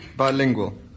bilingual